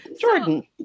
Jordan